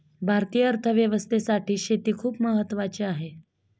भारतीय अर्थव्यवस्थेसाठी शेती खूप महत्त्वाची आहे